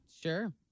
Sure